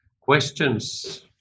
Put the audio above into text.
questions